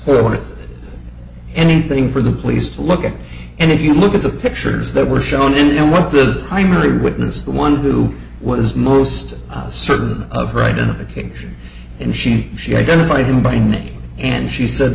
to anything for the police to look at and if you look at the pictures that were shown in one of the primary witness the one who was most certain of her identification and she she identified him by name and she said